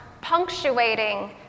punctuating